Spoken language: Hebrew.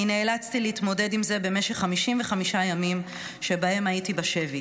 אני נאלצתי להתמודד עם זה במשך 55 ימים שבהם הייתי בשבי.